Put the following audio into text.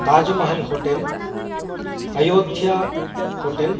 ताजमहल्होटेल् अयोध्याहोटेल्